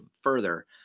further